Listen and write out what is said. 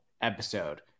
episode